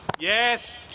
Yes